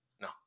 No